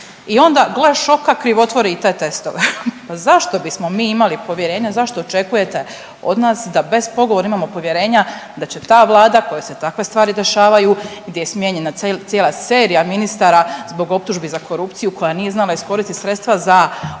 I onda gle šoka krivotvore i te testove. Pa zašto bismo mi imali povjerenja, zašto očekujete od nas da bez pogovora imamo povjerenja da će ta Vlada kojoj se takve stvari dešavaju, gdje je smijenjena cijela serija ministara zbog optužbi za korupciju koja nije znala iskoristiti sredstva za obnovu